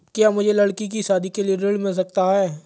क्या मुझे लडकी की शादी के लिए ऋण मिल सकता है?